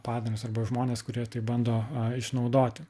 padarinius arba žmones kurie taip bando išnaudoti